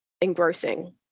engrossing